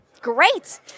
Great